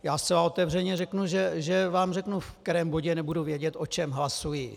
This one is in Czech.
Já zcela otevřeně řeknu, že vám řeknu, v kterém bodě nebudu vědět, o čem hlasuji.